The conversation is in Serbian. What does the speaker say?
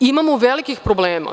Imamo velikih problema.